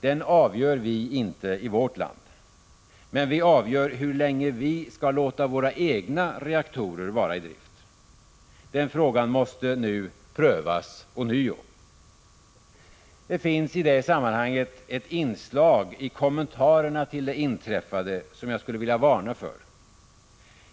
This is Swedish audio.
Den avgör vi inte i vårt land. Men vi avgör hur länge vi skall låta våra egna reaktorer vara i drift. Den frågan måste nu prövas ånyo. Det finns i det sammanhanget ett inslag i kommentarerna till det inträffade som jag skulle vilja varna för.